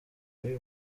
y’uyu